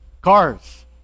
cars